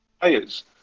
players